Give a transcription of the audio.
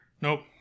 Nope